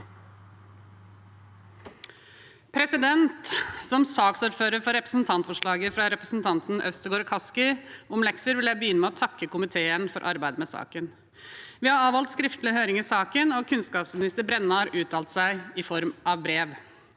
nr. 9): Som saksordfører for representantforslaget fra representantene Øvstegård og Kaski om lekser vil jeg begynne med å takke komiteen for arbeidet med saken. Vi har avholdt skriftlig høring i saken, og kunnskapsminister Brenna har uttalt seg i form av brev.